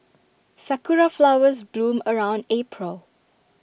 Sakura Flowers bloom around April